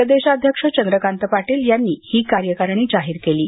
प्रदेशाध्यक्ष चंद्रकांत पाटील यांनी ही कार्यकारिणी जाहीर केली आहे